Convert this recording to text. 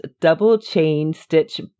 double-chain-stitch